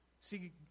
See